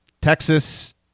Texas –